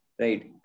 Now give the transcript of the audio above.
right